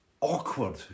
Awkward